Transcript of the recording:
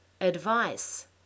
Advice